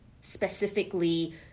specifically